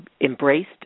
embraced